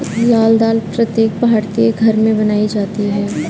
लाल दाल प्रत्येक भारतीय घर में बनाई जाती है